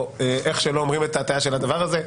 או איך שלא אומרים את ההטיה של הדבר הזה.